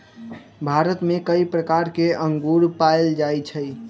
भारत में कई प्रकार के अंगूर पाएल जाई छई